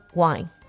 wine